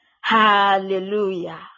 Hallelujah